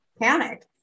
panic